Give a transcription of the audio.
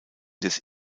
des